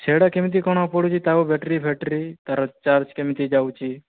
ସେଗୁଡ଼ିକ କେମିତି କ'ଣ ପଡୁଛି ତାର ବ୍ୟାଟେରୀ ଫେଟ୍ରି ତାର ଚାର୍ଜ କେମିତି ଯାଉଛି